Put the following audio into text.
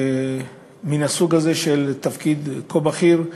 מן הסוג הזה, של תפקיד כה בכיר,